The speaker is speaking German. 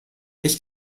ich